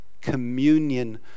communion